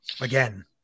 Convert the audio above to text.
Again